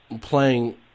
playing